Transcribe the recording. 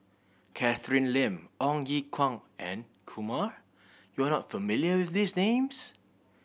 Catherine Lim Ong Ye Kung and Kumar you are not familiar with these names